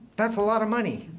that's a lot of money.